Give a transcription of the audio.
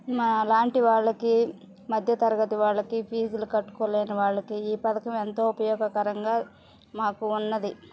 మాలాంటి వాళ్లకి మధ్య తరగతి వాళ్ళకి ఫీజులు కట్టుకోలేని వాళ్ళకి ఈ పథకం ఎంతో ఉపయోగకరంగా మాకు ఉన్నది